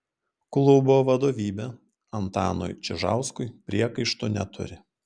klubo vadovybė antanui čižauskui priekaištų neturi